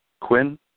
Quinn